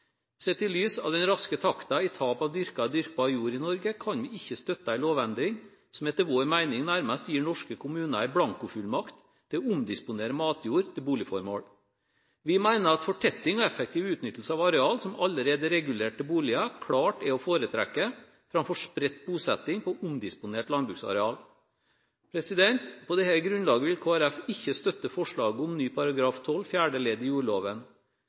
Sett i lys av den raske takten i tap av dyrket og dyrkbar jord i Norge, kan vi ikke støtte en lovendring som etter vår mening nærmest gir norske kommuner en blankofullmakt til å omdisponere matjord til boligformål. Vi mener at fortetting og effektiv utnyttelse av arealer som allerede er regulert til boliger, klart er å foretrekke framfor spredt bosetting på omdisponert landbruksareal. På dette grunnlaget vil Kristelig Folkeparti ikke støtte forslaget om ny § 12 fjerde ledd i jordloven.